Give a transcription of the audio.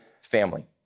family